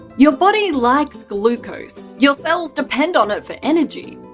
your body likes glucose, your cells depend on it for energy.